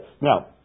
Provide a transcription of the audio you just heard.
Now